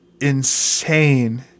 Insane